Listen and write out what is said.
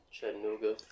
Chattanooga